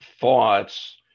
thoughts